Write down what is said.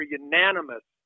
unanimous